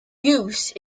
goose